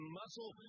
muscle